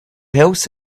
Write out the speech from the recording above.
else